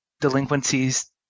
delinquencies